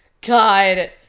god